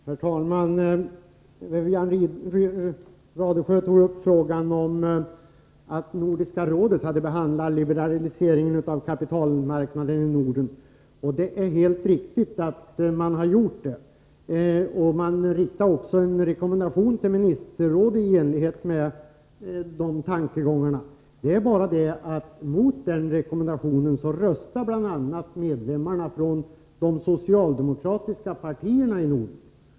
Herr talman! Wivi-Anne Radesjö sade något om att Nordiska rådet hade behandlat frågan om liberaliseringen av kapitalmarknaden i Norden, och det är helt riktigt att man gjort det. Man riktade också en rekommendation till ministerrådet i enlighet med tankegångarna i det sammanhanget. Det är bara det att mot den rekommendationen röstade bl.a. medlemmarna av de socialdemokratiska partierna i Norden.